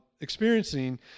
experiencing